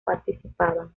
participaban